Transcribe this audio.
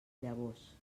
llavors